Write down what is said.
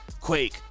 Quake